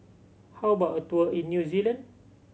how about a tour in New Zealand